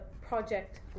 project